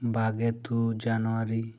ᱵᱟᱜᱮᱛᱩ ᱡᱟᱱᱣᱟᱨᱤ